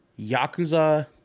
Yakuza